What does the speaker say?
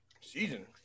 Season